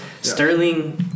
Sterling